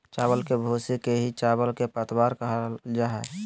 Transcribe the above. चावल के भूसी के ही चावल के पतवार कहल जा हई